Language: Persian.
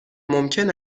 ممکن